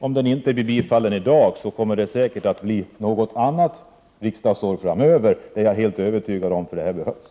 Om den inte blir bifallen i dag kommer den säkert att bli det något riksdagsår framöver — det är jag helt övertygad om; det här behövs.